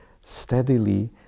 steadily